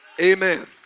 Amen